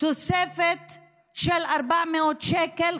תוספת של 400 שקל,